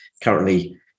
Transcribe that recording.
currently